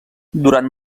durant